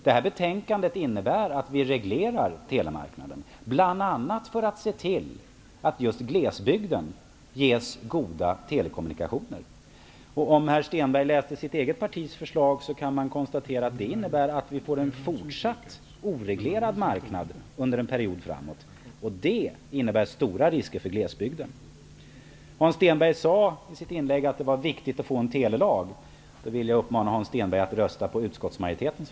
Detta betänkande innebär att vi reglerar telemarknaden, bl.a. för att se till att just glesbygden ges goda telekommunikationer. Om herr Stenberg läser sitt eget partis förslag kan han konstatera att det innebär att vi fortsatt får en oreglerad marknad under en period framöver. Det i sin tur innebär stora risker för glesbygden. Hans Stenberg sade i sitt inlägg att det var viktigt att få en telelag. Då vill jag uppmana Hans